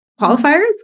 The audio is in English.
qualifiers